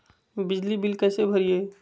बिजली बिल कैसे भरिए?